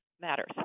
matters